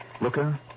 Looker